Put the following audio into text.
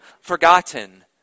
forgotten